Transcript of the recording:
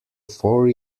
four